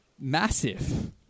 massive